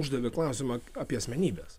uždavė klausimą apie asmenybes